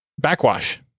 backwash